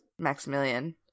Maximilian